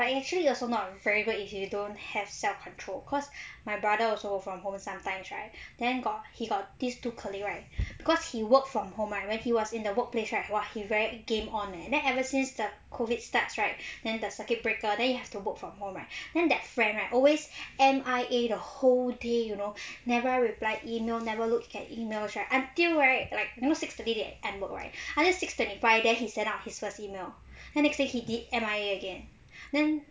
but actually also not very good if you don't have self control cause my brother also work from home sometimes right then got he got these two colleague right because he work from home right when he was in the workplace right !wah! he very game on eh and then ever since the COVID starts right then the circuit breaker then he has to work from home right then that friend right always M_I_A the whole day you know never reply email never look at emails right until right like you know six thirty they end work right until six twenty five then he send out his first email then next day he did M_I_A again then